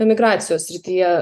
emigracijos srityje